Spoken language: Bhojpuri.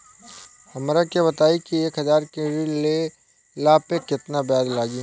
हमरा के बताई कि एक हज़ार के ऋण ले ला पे केतना ब्याज लागी?